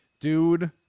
Dude